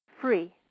free